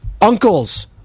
Uncles